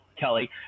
Kelly